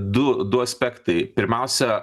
du du aspektai pirmiausia